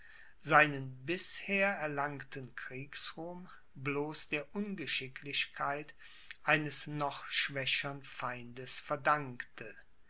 seinen bisher erlangten kriegsruhm bloß der ungeschicklichkeit eines noch schwächern feindes verdankte